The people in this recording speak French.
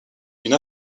une